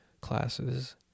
classes